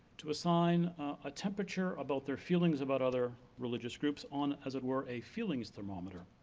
to assign a temperature about their feelings about other religious groups on as it were a feelings thermometer.